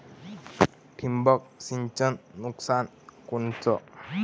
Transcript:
ठिबक सिंचनचं नुकसान कोनचं?